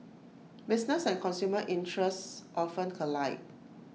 business and consumer interests often collide